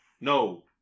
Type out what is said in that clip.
no